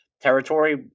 territory